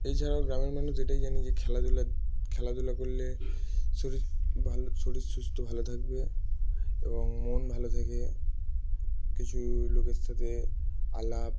এছাড়াও গ্রামের মানুষ এটাই জানে যে খেলাধূলা খেলাধূলা করলে শরীর ভালো শরীর সুস্থ ভালো থাকবে এবং মন ভালো থাকে কিছু লোকের সাথে আলাপ